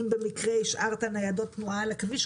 אם במקרה השארת ניידות תנועה על הכביש,